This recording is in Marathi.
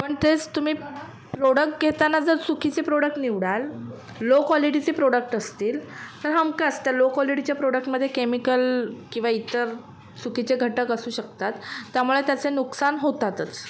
पण तेच तुम्ही प्रोडक्ट घेताना जर चुकीचे प्रोडक्ट निवडाल लो क्वालिटीचे प्रोडक्ट असतील तर हमकाचं लो क्वालिटीच्या प्रोडक्टमधे केमिकल किंवा इतर चुकीचे घटक असू शकतात त्यामुळे त्याचं नुकसान होतातच